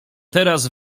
teraz